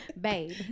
babe